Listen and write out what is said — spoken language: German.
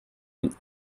den